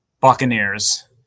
Buccaneers